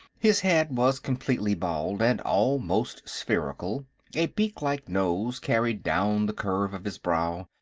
his head was completely bald, and almost spherical a beaklike nose carried down the curve of his brow,